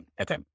okay